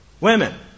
women